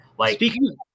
Speaking